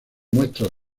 muestras